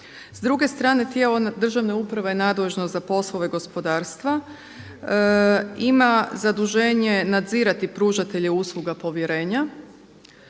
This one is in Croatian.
S druge strane tijelo državne uprave je nadležno za poslove gospodarstva. Ima zaduženje nadzirati pružatelje usluga povjerenja,